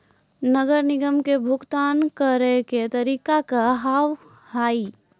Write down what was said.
नगर निगम के भुगतान करे के तरीका का हाव हाई?